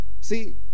See